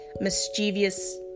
mischievous